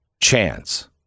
chance